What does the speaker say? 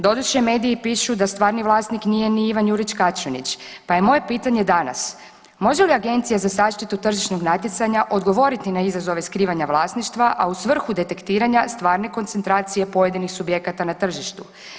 Doduše, mediji pišu da stvarni vlasnik nije ni Ivan Jurić Kaćunić, pa je moje pitanje danas, može li Agencija za zaštitu tržišnog natjecanja odgovoriti na izazove skrivanja vlasništva, a u svrhu detektiranja stvarne koncentracije pojedinih subjekata na tržištu.